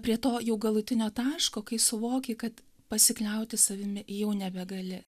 prie to jau galutinio taško kai suvoki kad pasikliauti savimi jau nebegali